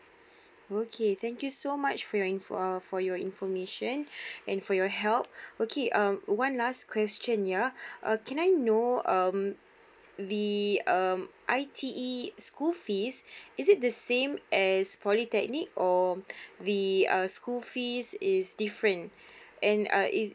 okay thank you so much for your information and for your help okay one last question ya uh can I know um the um I_T_E school fees is it the same as polytechnic or the um school fees is different and uh